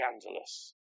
scandalous